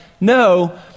no